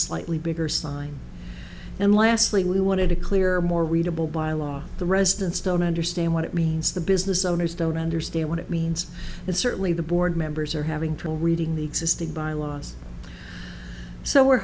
slightly bigger sign and lastly we wanted to clear more readable by law the residents don't understand what it means the business owners don't understand what it means and certainly the board members are having trouble reading the existing bylaws so we're